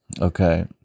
okay